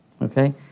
Okay